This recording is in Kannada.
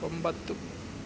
ಒಂಬತ್ತು